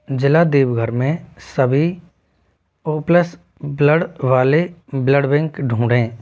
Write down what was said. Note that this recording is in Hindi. ज़िला देवघर में सभी ओ प्लस ब्लड वाले ब्लड बैंक ढूँढें